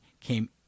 came